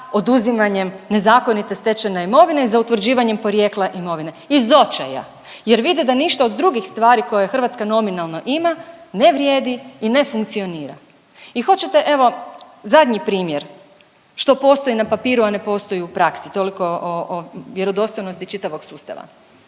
oduzimanjem nezakonite stečene imovine i za utvrđivanjem porijekla imovine iz očaja, jer vide da ništa od drugih stvari koje Hrvatska nominalno ima ne vrijedi i ne funkcionira. I hoćete evo zadnji primjer što postoji na papiru, a ne postoji u praksi. Toliko o vjerodostojnosti čitavog sustava.